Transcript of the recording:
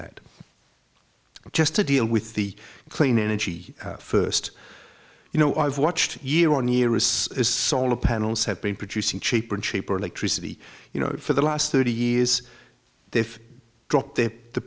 well just to deal with the clean energy first you know i've watched year on year is is solar panels have been producing cheaper and cheaper electricity you know for the last thirty years they've dropped the